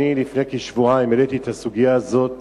לפני כשבועיים אני העליתי את הסוגיה הזאת